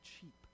cheap